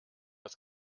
das